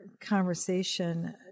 conversation